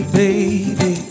Baby